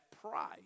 pride